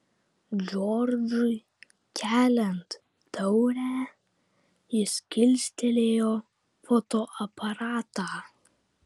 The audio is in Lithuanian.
džordžui keliant taurę jis kilstelėjo fotoaparatą